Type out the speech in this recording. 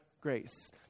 grace